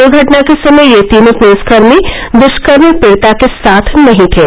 दूर्घटना के समय ये तीनों पुलिसकर्मी दृष्कर्म पीडिंता के साथ नहीं थे